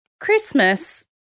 Christmas